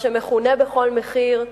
מה שמכונה בכל מחיר,